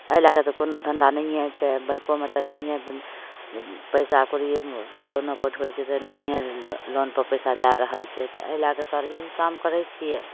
एहि लैके जे कोनो धन्धा नहिए छै बैँकोमे तऽ नहिए पइसा कौड़ी लोनो पठबै छै से नहिए लोनपर पइसा दै रहल छै एहि लैके सर इएह काम करै छिए